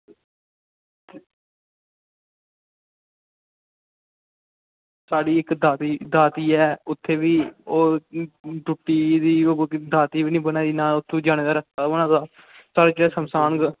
साढ़ी इक्क दाती ऐ ओह् उत्थें टुट्टी दी दाती बी निं बनाई ना उत्थें जाने दा रस्ता रक्खे दा सुनसान गेदा